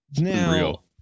real